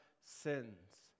sins